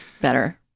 better